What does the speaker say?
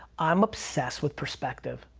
i'm obsessed with perspective.